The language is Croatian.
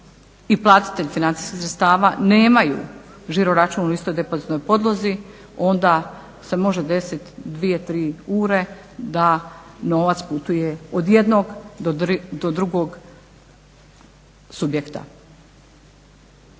i platitelj financijskih sredstava nemaju žiroračun u istoj depozitnoj podlozi onda se može desiti 2, 3 ure da novac putuje od jednog do drugog subjekta.